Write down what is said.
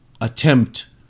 attempt